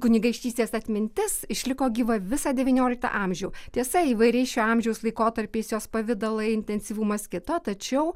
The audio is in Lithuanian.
kunigaikštystės atmintis išliko gyva visą devynioliktą amžių tiesa įvairiais šio amžiaus laikotarpiais jos pavidalai intensyvumas kito tačiau